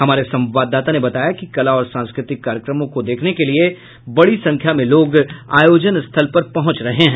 हमारे संवाददाता ने बताया कि कला और सांस्कृतिक कार्यक्रमों को देखने के लिए बड़ी संख्या में लोग आयोजन स्थल पर पहुंच रहे हैं